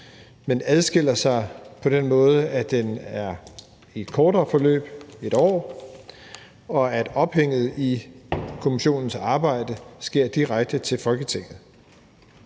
men adskiller sig på den måde, at den er af et kortere forløb – et år – og at ophænget i kommissionens arbejde sker direkte til Folketinget.